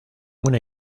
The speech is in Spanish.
una